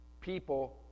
people